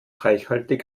reichhaltig